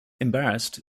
embarrassed